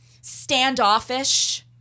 standoffish